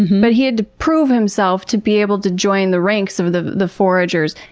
but he had to prove himself to be able to join the ranks of the the foragers.